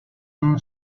known